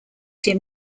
him